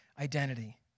identity